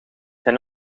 zijn